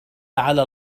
على